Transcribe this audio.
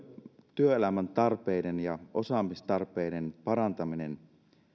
työelämän tarpeiden ja osaamistarpeiden parantaminen